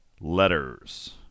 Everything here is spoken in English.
letters